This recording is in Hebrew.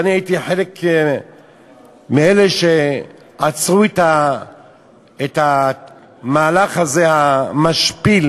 ואני הייתי חלק מאלה שעצרו את המהלך המשפיל